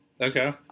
Okay